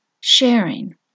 sharing